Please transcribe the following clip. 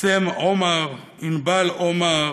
סם עומר, ענבל עומר לשבר,